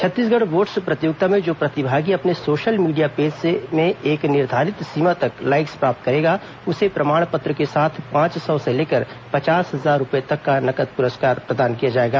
Chhattisgarh votes प्रतियोगिता में जो प्रतिभागी अपने सोशल मीडिया पेज में एक निर्धारित सीमा तक लाईक्स प्राप्त करेगा उसे प्रमाण पत्र के साथ पांच सौ से लेकर पचास हजार रूपए तक का नगद पुरस्कार प्रदान किया जाएगा